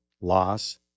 loss